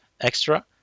extra